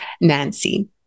Nancy